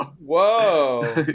Whoa